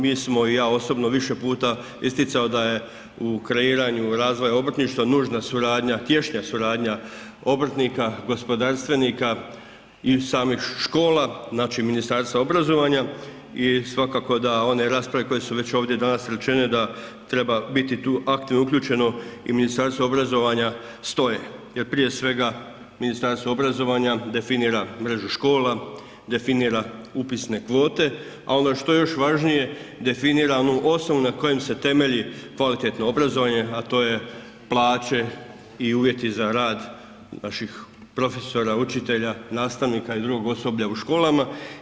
Mi smo i ja osobno više puta isticao da je u kreiranju razvoja obrtništva nužna suradnja, tješnja suradnja obrtnika gospodarstvenika i samih škola znači Ministarstva obrazovanja i svakako da one rasprave koje su već ovdje danas rečene da treba biti tu aktivno uključeno i Ministarstvo obrazovanja stoje jer prije svega Ministarstvo obrazovanja definira mrežu škola, definira upisne kvote, a ono što je još važnije definira onu osnov na kojem se temelji kvalitetno obrazovanje, a to je plaće i uvjeti za rad naših profesora, učitelja, nastavnika i drugog osoblja u školama.